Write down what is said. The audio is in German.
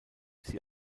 sie